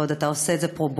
ועוד אתה עושה את זה פרו-בונו.